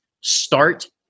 Start